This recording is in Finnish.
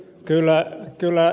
kyllä ed